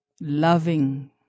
loving